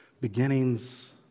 beginnings